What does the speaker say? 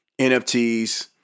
NFTs